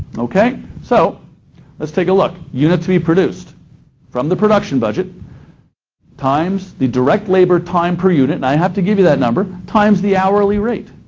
okay? so let's take a look. units to be produced from the production budget times the direct labor time per unit, and i have to give you that number, times the hourly rate.